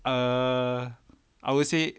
uh I would say